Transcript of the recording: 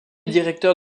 directeur